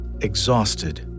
exhausted